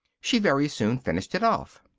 she very soon finished it off.